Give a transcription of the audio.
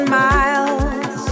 miles